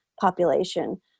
population